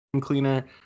cleaner